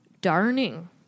Darning